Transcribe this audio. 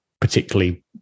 particularly